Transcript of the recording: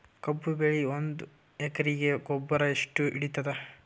ಕಬ್ಬು ಬೆಳಿ ಒಂದ್ ಎಕರಿಗಿ ಗೊಬ್ಬರ ಎಷ್ಟು ಹಿಡೀತದ?